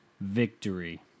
victory